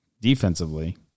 defensively